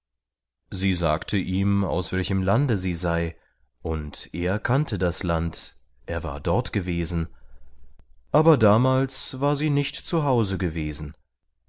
sie sagte ihm aus welchem lande sie sei und er kannte das land er war dort gewesen aber damals war sie nicht zu hause gewesen